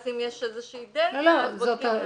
אז אם יש איזושהי דלתא, אז בודקים.